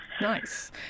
Nice